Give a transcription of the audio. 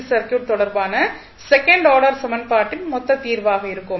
C circuit தொடர்பான second order சமன்பாட்டின் மொத்த தீர்வாக இருக்கும்